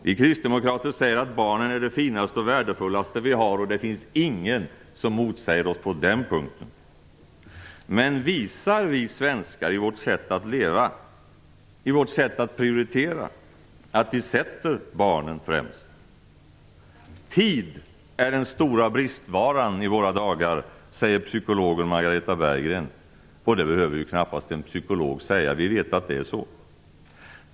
Vi kristdemokrater säger att barnen är det finaste och värdefullaste vi har, och det finns ingen som motsäger oss på den punkten. Men visar vi svenskar i vårt sätt att leva och att prioritera att vi sätter barnen främst? - Tid är den stora bristvaran i våra dagar, säger psykologen Margareta Berggren. Och det behöver knappast en psykolog säga. Vi vet att det är så.